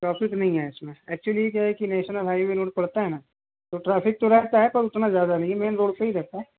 traffic नहीं है इस में एक्चुअली क्या है कि नेशन ऑफ हाईवे रोड पड़ता है ना तो ट्रैफिक तो रहता है पर उतना ज़्यादा नहीं मैन रोड पर ही रहता है